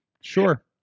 Sure